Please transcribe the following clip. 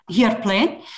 airplane